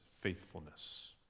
faithfulness